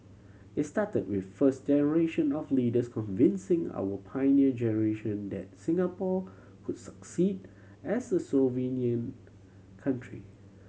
it started with first generation of leaders convincing our Pioneer Generation that Singapore could succeed as a sovereign country